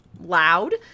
loud